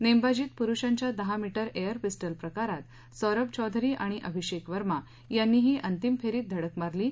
नेमबाजीत पुरूषांच्या दहा metre air pistol प्रकारात सौरभ चौधरी आणि अभिषेक वर्मा यांनीही अंतिम फेरीत धडक मारली आहे